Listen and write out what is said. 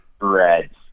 reds